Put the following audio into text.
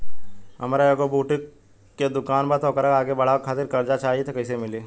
हमार एगो बुटीक के दुकानबा त ओकरा आगे बढ़वे खातिर कर्जा चाहि त कइसे मिली?